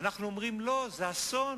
אנחנו אומרים, לא, זה אסון.